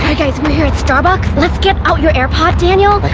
guys, we're here at starbucks. let's get out your airpod, daniel,